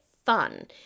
Fun